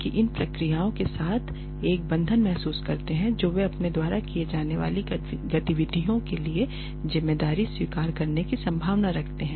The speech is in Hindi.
कि इन प्रक्रियाओं के साथ एक बंधन महसूस करते हैं जो वे अपने द्वारा की जाने वाली गतिविधियों के लिए ज़िम्मेदारी स्वीकार करने की संभावना रखते हैं